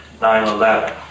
9-11